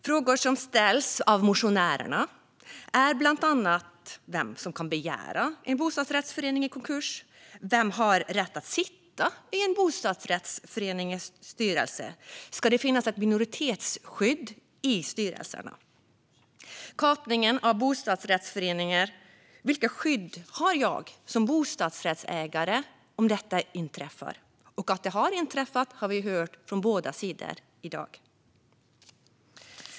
Frågor som ställs av motionärerna är bland annat vem som kan begära en bostadsrättsförening i konkurs, vem som har rätt att sitta i en bostadsrättsförenings styrelse och om det ska finnas ett minoritetsskydd i styrelserna. Vilket skydd har man som bostadsrättsägare vid kapning av en bostadsrättsförening? Att detta har inträffat har vi hört från båda sidor i dag.